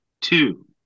two